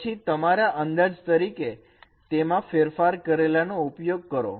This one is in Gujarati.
પછી તમારા અંદાજ તરીકે તેમાં ફેરફાર કરેલા નો ઉપયોગ કરો